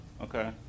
okay